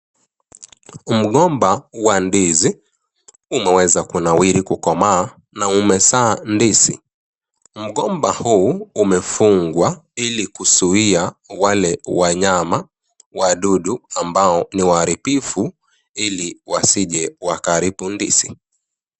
Mgomba wa ndizi , umeweza kunawiri , kukomaa na umezaa ndizi. Mgomba huu umefungwa ili kuzuia wale wanyama wadudu ,ambao ni waharibifu ili wasije wakaharibu ndizi.